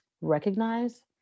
recognize